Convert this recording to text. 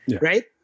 right